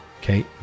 Okay